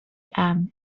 امن